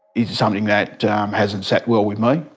it's something that hasn't sat well with me,